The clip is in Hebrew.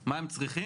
מה הם צריכים?